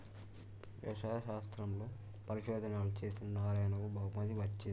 వ్యవసాయ శాస్త్రంలో పరిశోధనలు చేసిన నారాయణకు బహుమతి వచ్చింది